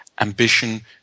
ambition